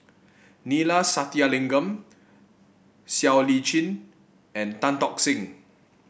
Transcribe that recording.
Neila Sathyalingam Siow Lee Chin and Tan Tock Seng